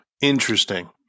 Interesting